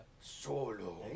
Solo